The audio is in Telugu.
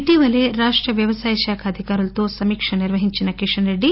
ఇటీవలే రాష్ట వ్యవసాయశాఖ అధికారులుతో సమీక్ష నిర్వహించిన కిషన్రెడ్డి